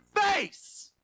face